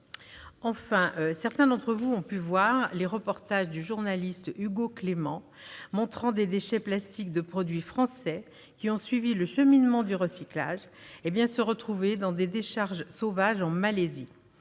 Enfin, certains d'entre vous ont pu voir les reportages du journaliste Hugo Clément qui montrent des déchets plastiques de produits français ayant suivi le cheminement du recyclage dans des décharges sauvages en Malaisie